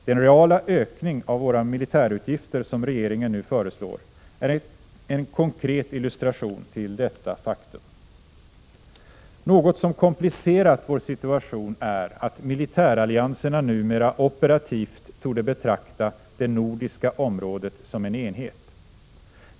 Den reala ökning av våra militärutgifter som regeringen nu föreslår är en konkret illustration till detta faktum. Något som komplicerat vår situation är att militärallianserna numera operativt torde betrakta det nordiska området som en enhet.